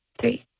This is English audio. three